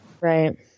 right